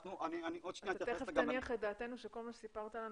אני עוד שנייה --- אתה תיכף תניח את דעתנו שכל מה שסיפרת לנו